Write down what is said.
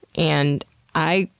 and i,